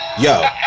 yo